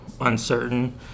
uncertain